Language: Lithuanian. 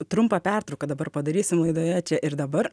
trumpą pertrauką dabar padarysim laidoje čia ir dabar